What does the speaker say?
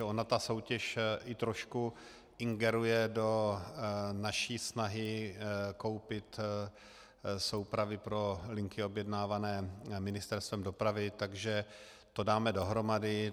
Ona ta soutěž i trošku ingeruje do naší snahy koupit soupravy pro linky objednávané Ministerstvem dopravy, takže to dáme dohromady.